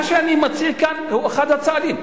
מה שאני מציע כאן זה אחד הצעדים.